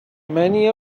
many